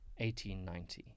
1890